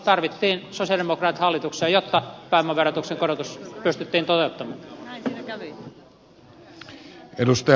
tarvittiin sosialidemokraatit hallitukseen jotta pääomaverotuksen korotus pystyttiin toteuttamaan